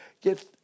Get